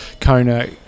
Kona